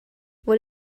what